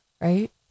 Right